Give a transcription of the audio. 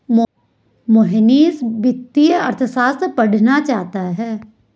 मोहनीश वित्तीय अर्थशास्त्र पढ़ना चाहता है